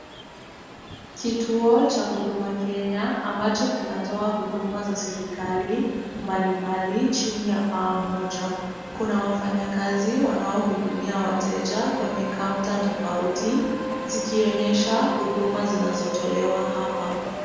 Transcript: Kituo cha Huduma Kenya ambacho kinatoa huduma za serikali mbalimbali chini ya paa moja. Kuna wafanyikazi wanaohudumia wateja kwenye kaunta tofauti zikionyesha huduma zinazotolewa hapa.